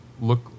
look –